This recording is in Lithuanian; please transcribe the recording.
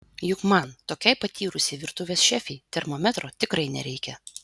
juk man tokiai patyrusiai virtuvės šefei termometro tikrai nereikia